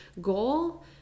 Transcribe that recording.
goal